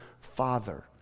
father